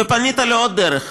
ופנית לעוד דרך,